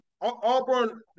Auburn